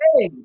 Hey